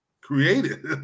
created